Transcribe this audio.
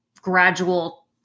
Gradual